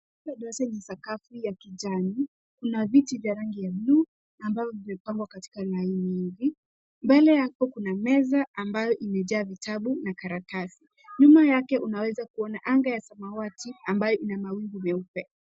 Hili darasa lina sakafu ya kijani. Kuna viti vya rangi ya buluu ambavyo vimepangwa katika laini. Mbele yake kuna meza ambayo imejaa vitabu na karatasi. Nyuma yake unaweza kuona anga ya samawati ambayo ina mawingu meupe.